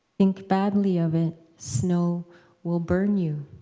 think badly of it, snow will burn you.